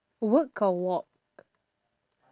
work or walk